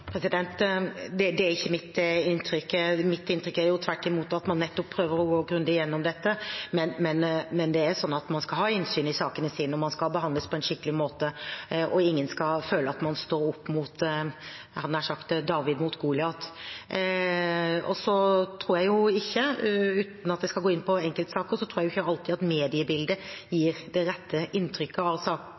Det er ikke mitt inntrykk. Mitt inntrykk er tvert imot at man nettopp prøver å gå grundig gjennom dette. Men man skal ha innsyn i sakene sine, og man skal behandles på en skikkelig måte, og ingen skal føle at man nær sagt står som David mot Goliat. Uten at jeg skal gå inn på enkeltsaker, tror jeg ikke alltid at mediebildet gir det rette inntrykket av